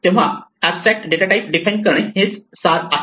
तेव्हा abstract data type define करण्याचे हेच सार आहे